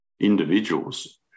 Individuals